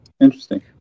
Interesting